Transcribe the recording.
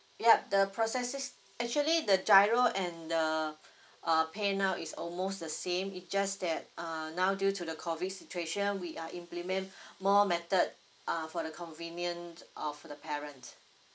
yup the process is actually the giro and the uh paynow is almost the same it just that uh now due to the COVID situation we are implement more method uh for the convenience of for the parents